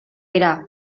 dira